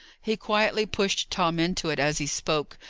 he quietly pushed tom into it as he spoke,